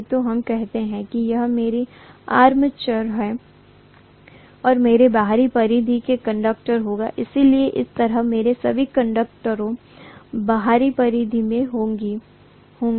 तो हम कहते हैं कि यह मेरी आर्मेचर है और मैं बाहरी परिधि में कंडक्टर होगा इसलिए इस तरह मेरे सभी कंडक्टरों बाहरी परिधि में होंगे